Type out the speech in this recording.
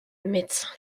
médecin